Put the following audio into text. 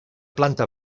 planta